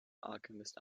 alchemist